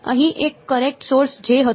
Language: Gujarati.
અહીં એક કરેંટ સોર્સ J હતો